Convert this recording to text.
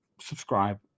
subscribe